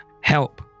help